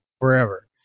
forever